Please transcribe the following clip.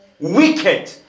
Wicked